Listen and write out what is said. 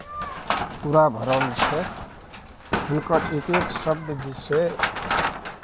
पूरा भरल छै हुनकर एक एक शब्द जे छै